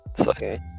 Okay